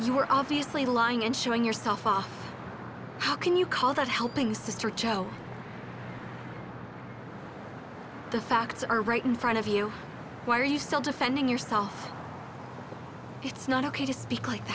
you were obviously lying and showing yourself off how can you call that helping sister cho the facts are right in front of you why are you still defending yourself it's not ok to speak like